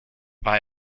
war